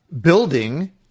Building